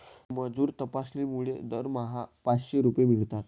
मजूर तपासणीमुळे दरमहा पाचशे रुपये मिळतात